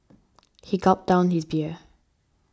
he gulped down his beer